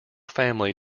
family